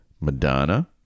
Madonna